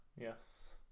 yes